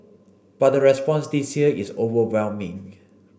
but the response this year is overwhelming